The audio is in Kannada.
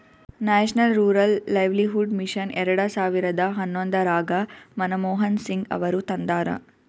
ನ್ಯಾಷನಲ್ ರೂರಲ್ ಲೈವ್ಲಿಹುಡ್ ಮಿಷನ್ ಎರೆಡ ಸಾವಿರದ ಹನ್ನೊಂದರಾಗ ಮನಮೋಹನ್ ಸಿಂಗ್ ಅವರು ತಂದಾರ